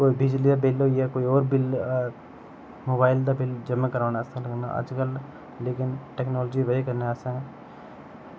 कोई बिजली दा बिल होई गेआ कोई होर बिल मोबाईल दा बिल जमां कराना असें अज्जकल लेकिन टेक्नोलॉजी दी बजह कन्नै असें